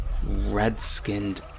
red-skinned